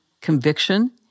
conviction